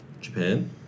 Japan